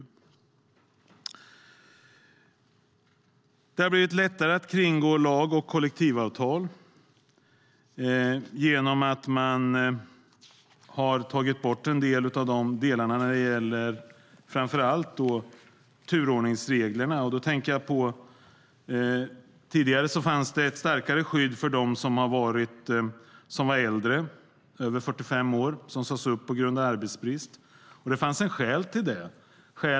Det har blivit lättare att kringgå lag och kollektivavtal genom att man har tagit bort en del av de delarna när det gäller framför allt turordningsreglerna. Tidigare fanns det ett starkare skydd för dem som var äldre, över 45 år, som sades upp på grund av arbetsbrist. Det fanns ett skäl till det.